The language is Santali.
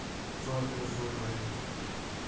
ᱥᱚᱢᱩᱫᱨᱚ ᱥᱩᱨ ᱨᱮ